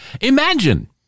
Imagine